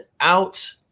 out